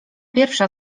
pierwsza